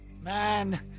Man